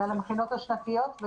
זה על המכינות השנתיות,